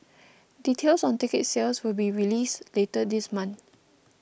details on ticket sales will be released later this month